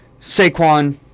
Saquon